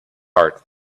heart